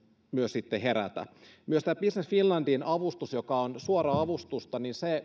myös herätä myös tämä business finlandin avustus joka on suoraa avustusta